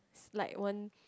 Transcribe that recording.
slide one